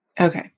Okay